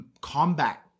combat